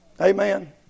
Amen